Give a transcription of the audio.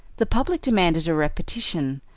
the public demanded a repetition,